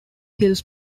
hills